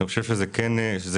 אני חושב שזה כן חשוב,